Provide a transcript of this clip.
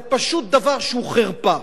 זה פשוט דבר שהוא חרפה.